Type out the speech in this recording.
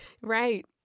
Right